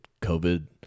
COVID